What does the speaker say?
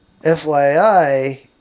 FYI